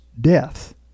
death